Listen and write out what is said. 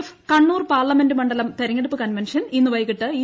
F Kannur parliament മണ്ഡലം തെരഞ്ഞെടുപ്പ് convention ഇന്ന് വൈകിട്ട് ഇ